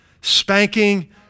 spanking